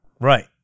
Right